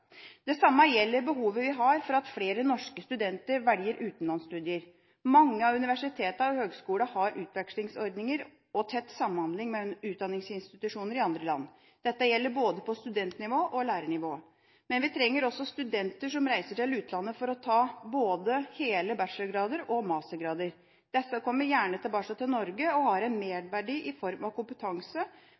Det samme gjelder behovet vi har for at flere norske studenter velger utenlandsstudier. Mange av universitetene og høgskolene har utvekslingsordninger og tett samhandling med utdanningsinstitusjoner i andre land. Dette gjelder både på studentnivå og lærernivå. Men vi trenger også studenter som reiser til utlandet for å ta både hele bachelorgrader og mastergrader. Disse kommer gjerne tilbake til Norge og har en merverdi i form av kompetanse,